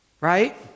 right